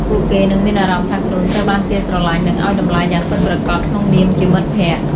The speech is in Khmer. ពួកគេនឹងមានអារម្មណ៍ថាខ្លួនត្រូវបានគេស្រឡាញ់និងឲ្យតម្លៃយ៉ាងពិតប្រាកដក្នុងនាមជាមិត្តភក្តិ។